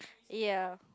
ya